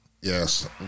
Yes